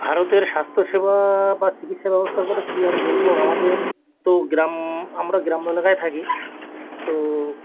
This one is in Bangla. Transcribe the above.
ভারতের স্বাস্থ্যসেবা বা চিকিসসা ব্যবস্থার কথা কী আর বলবো আমাদের তো গ্রাম আমরা গ্রাম এলাকায় থাকি তো